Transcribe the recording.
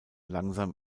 langsam